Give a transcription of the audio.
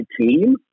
team